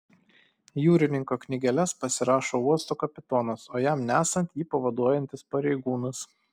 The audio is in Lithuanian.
jūrininko knygeles pasirašo uosto kapitonas o jam nesant jį pavaduojantis pareigūnas